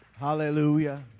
Hallelujah